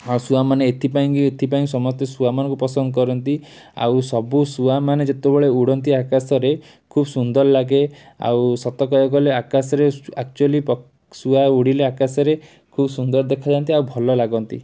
ଆଉ ଶୁଆମାନେ ଏଥିପାଇଁକି ଏଥିପାଇଁ ସମସ୍ତେ ଶୁଆମାନଙ୍କୁ ପସନ୍ଦ କରନ୍ତି ଆଉ ସବୁ ଶୁଆମାନେ ଯେତେବେଳେ ଉଡ଼ନ୍ତି ଆକାଶରେ ଖୁବ୍ ସୁନ୍ଦର ଲାଗେ ଆଉ ସତ କହିବାକୁଗଲେ ଆକାଶରେ ଆକଚୁଆଲି ଶୁଆ ଉଡ଼ିଲେ ଆକାଶରେ ଖୁବ୍ ସୁନ୍ଦର ଦେଖାଯାଆନ୍ତି ଆଉ ଭଲ ଲାଗନ୍ତି